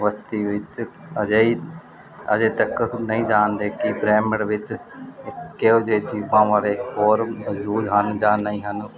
ਬਸਤੀ ਵਿੱਚ ਅਜਿਹੀ ਅਜੇ ਤੱਕ ਕੋਈ ਨਹੀਂ ਜਾਣਦੇ ਕਿ ਬ੍ਰਹਿਮੰਡ ਵਿੱਚ ਕਿਹੋ ਜਿਹੀ ਚੀਜ਼ ਹੋਰ ਮੌਜੂਦ ਹਨ ਜਾਂ ਨਹੀਂ ਹਨ